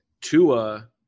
Tua